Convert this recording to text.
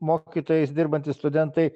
mokytojais dirbantys studentai